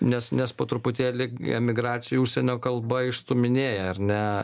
nes nes po truputėlį emigracijoj užsienio kalba išstūminėja ar ne